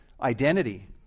identity